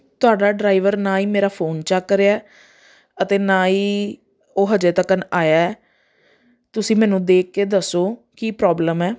ਤੁਹਾਡਾ ਡਰਾਈਵਰ ਨਾ ਹੀ ਮੇਰਾ ਫੋਨ ਚੁੱਕ ਰਿਹਾ ਅਤੇ ਨਾ ਹੀ ਉਹ ਹਜੇ ਤੱਕ ਆਇਆ ਤੁਸੀਂ ਮੈਨੂੰ ਦੇਖ ਕੇ ਦੱਸੋ ਕੀ ਪ੍ਰੋਬਲਮ ਹੈ